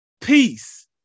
Peace